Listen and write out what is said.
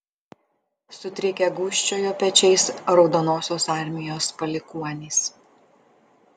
sutrikę gūžčiojo pečiais raudonosios armijos palikuonys